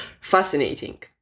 fascinating